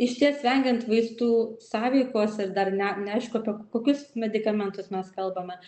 išties vengiant vaistų sąveikos ir dar ne neaišku apie kokius medikamentus mes kalbame